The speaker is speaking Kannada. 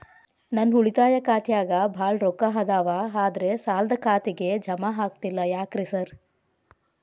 ನನ್ ಉಳಿತಾಯ ಖಾತ್ಯಾಗ ಬಾಳ್ ರೊಕ್ಕಾ ಅದಾವ ಆದ್ರೆ ಸಾಲ್ದ ಖಾತೆಗೆ ಜಮಾ ಆಗ್ತಿಲ್ಲ ಯಾಕ್ರೇ ಸಾರ್?